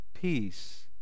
peace